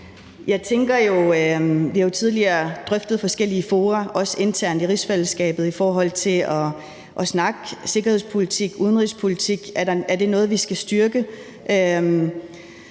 i området. Vi har jo tidligere drøftet forskellige fora, også internt i rigsfællesskabet, i forhold til at snakke sikkerhedspolitik og udenrigspolitik, og om det er noget, vi skal styrke.